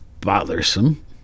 bothersome